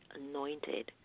anointed